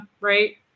right